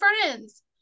friends